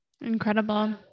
incredible